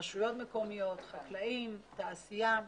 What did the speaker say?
רשויות מקומיות, חקלאים, תעשייה.